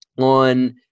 on